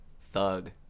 Thug